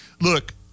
look